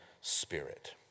spirit